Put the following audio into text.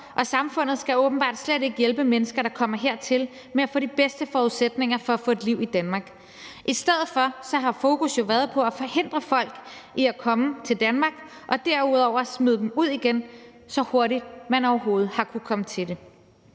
og samfundet skal åbenbart slet ikke hjælpe mennesker, der kommer hertil, med at få de bedste forudsætninger for at få et liv i Danmark. I stedet for har fokus jo været på at forhindre folk i at komme til Danmark og derudover at smide dem ud igen så hurtigt, man overhovedet har kunnet komme til det.